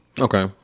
Okay